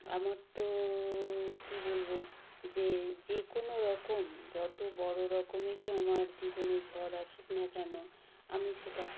আমার তো কি বলব যে যে কোনও রকম যত বড়ো রকমেরই আমার জীবনে ঝড় আসুক না কেন আমি সেটা